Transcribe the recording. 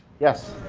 yes.